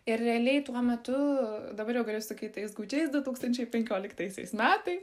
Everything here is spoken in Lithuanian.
ir realiai tuo metu dabar jau galiu sakyt tais gūdžiais du tūkstančiai penkioliktaisiais metais